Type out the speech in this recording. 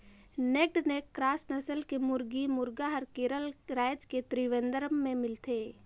naked neck cross नसल के मुरगी, मुरगा हर केरल रायज के त्रिवेंद्रम में मिलथे